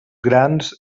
grans